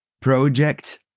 project